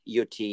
UT